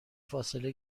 فاصله